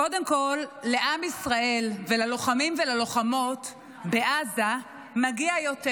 קודם כול לעם ישראל וללוחמים וללוחמות בעזה מגיע יותר.